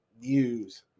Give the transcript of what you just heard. news